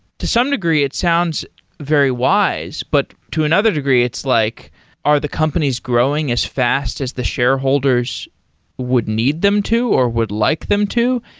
to some degree, it sounds very wise, but to another degree it's like are the companies growing as fast as the shareholders would need them to or would like them to?